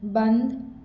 बंद